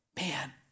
Man